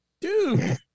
Dude